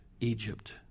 Egypt